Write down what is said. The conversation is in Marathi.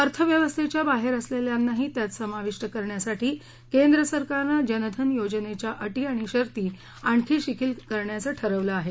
अर्थव्यवस्थेच्या बाहेर असलेल्यांनाही त्यात समाविष्ट करण्यासाठी केंद्र सरकारनं जन धन योजनेच्या अटी आणि शर्ती आणखी शिथिल करायचं ठरवलं आहे